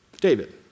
David